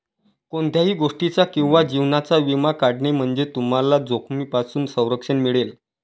कोणत्याही गोष्टीचा किंवा जीवनाचा विमा काढणे म्हणजे तुम्हाला जोखमीपासून संरक्षण मिळेल